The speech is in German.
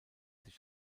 sich